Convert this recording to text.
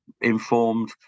informed